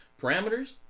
parameters